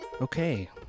Okay